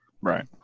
right